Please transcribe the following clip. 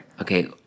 Okay